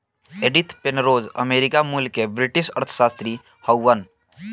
Edith Penrose America मूल के British अर्थशास्त्री हउवन